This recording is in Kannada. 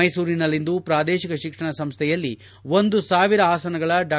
ಮೈಸೂರಿನಲ್ಲಿಂದು ಪ್ರಾದೇಶಿಕ ಶಿಕ್ಷಣ ಸಂಸ್ಥೆಯಲ್ಲಿ ಒಂದು ಸಾವಿರ ಆಸನಗಳ ಡಾ